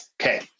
Okay